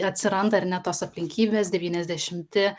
atsiranda ar ne tos aplinkybės devyniasdešimti